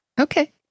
okay